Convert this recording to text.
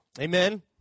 Amen